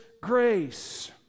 grace